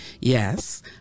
Yes